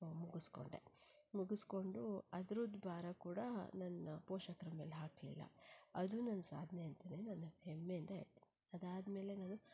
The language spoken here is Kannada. ಮುಗಿಸ್ಕೊಂಡೆ ಮುಗಿಸ್ಕೊಂಡು ಅದ್ರದ್ ಭಾರ ಕೂಡ ನನ್ನ ಪೋಷಕ್ರ ಮೇಲೆ ಹಾಕಲಿಲ್ಲ ಅದು ನನ್ನ ಸಾಧನೆ ಅಂತನೇ ನಾನು ಹೆಮ್ಮೆಯಿಂದ ಹೇಳ್ತೀನಿ ಅದಾದ ಮೇಲೆ ನಾನು